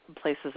places